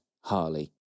Harley